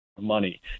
money